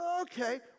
okay